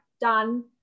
done